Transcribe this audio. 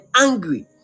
angry